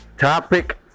Topic